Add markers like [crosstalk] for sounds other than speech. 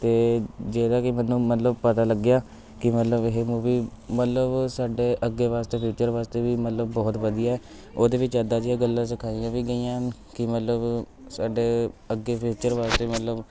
ਅਤੇ ਜਿਹੜਾ ਕਿ ਮੈਨੂੰ ਮਤਲਬ ਪਤਾ ਲੱਗਿਆ ਕਿ ਮਤਲਬ ਇਹ ਮੂਵੀ ਮਤਲਬ ਸਾਡੇ ਅੱਗੇ ਵਾਸਤੇ ਫਿਊਚਰ ਵਾਸਤੇ ਵੀ ਮਤਲਬ ਬਹੁਤ ਵਧੀਆ ਉਹਦੇ ਵਿੱਚ ਇੱਦਾਂ ਦੀਆਂ ਗੱਲਾਂ ਸਿਖਾਈਆਂ ਵੀ ਗਈਆਂ ਹਨ ਕਿ ਮਤਲਬ ਸਾਡੇ ਅੱਗੇ ਫਿਊਚਰ [unintelligible] ਮਤਲਬ